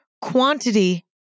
quantity